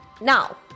now